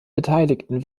beteiligten